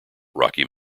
rocky